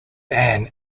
ann